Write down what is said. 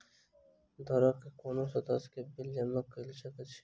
घरक कोनो सदस्यक बिल जमा कऽ सकैत छी की?